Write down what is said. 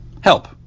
help